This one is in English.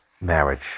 marriage